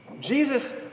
Jesus